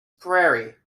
prairie